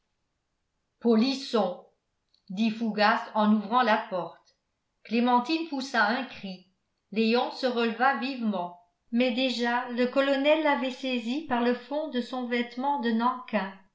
polisson dit fougas en ouvrant la porte clémentine poussa un cri léon se releva vivement mais déjà le colonel l'avait saisi par le fond de son vêtement de nankin